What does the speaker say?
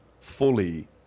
fully